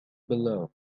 below